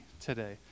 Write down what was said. today